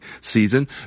season